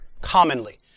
commonly